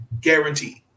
Guaranteed